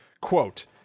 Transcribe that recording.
Quote